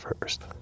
first